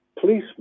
policemen